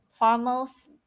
formals